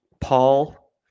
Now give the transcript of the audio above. Paul